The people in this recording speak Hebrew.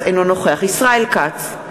אינו נוכח ישראל כץ,